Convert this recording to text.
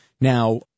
Now